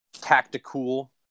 tactical